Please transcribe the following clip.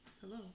Hello